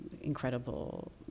incredible